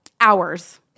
Hours